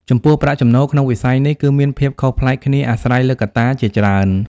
ចំពោះ ប្រាក់ចំណូល ក្នុងវិស័យនេះ គឺមានភាពខុសប្លែកគ្នាអាស្រ័យលើកត្តាជាច្រើន។